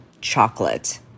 chocolate